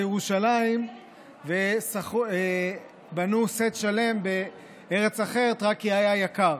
ירושלים ובנו סט שלם בארץ אחרת רק כי היה יקר.